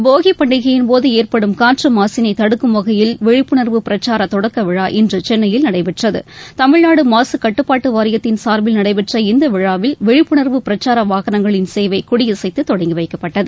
போகி பண்டிகையின்போது ஏற்படும் காற்று மாசினை தடுக்கும் வகையில் விழிப்புணர்வு பிரச்சார தொடக்கவிழா இன்று சென்னையில் நடைபெற்றது தமிழ்நாடு மாசுக்கட்டுப்பாட்டு வாரியத்தின் சார்பில் நடைபெற்ற இந்த விழாவில் விழிப்புணர்வு பிரச்சார வாகனங்களின் சேவை கொடியசைத்து தொடங்கிவைக்கப்பட்டது